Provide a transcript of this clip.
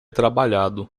trabalhado